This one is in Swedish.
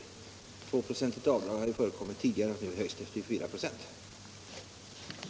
Ett 2-procentigt avdrag har ju förekommit tidigare, nu höjs det till ett 4-procentigt.